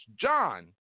John